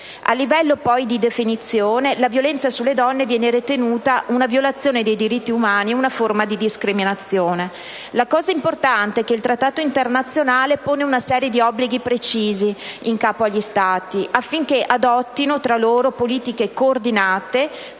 A livello poi di definizione, la violenza sulle donne viene ritenuta una violazione dei diritti umani e una forma di discriminazione. La cosa importante è che il Trattato internazionale pone una serie di obblighi in capo agli Stati, affinché adottino politiche coordinate